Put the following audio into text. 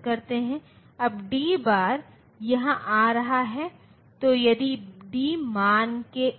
को साधित किया जाता है 2 लोकप्रिय प्रौद्योगिकियां टीटीएल और सीएमओएस हैं